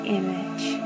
image